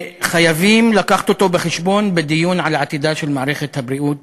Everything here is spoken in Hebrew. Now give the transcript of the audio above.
שחייבים להביא אותו בחשבון בדיון על עתידה של מערכת הבריאות